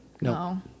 No